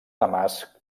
damasc